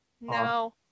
No